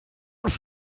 auch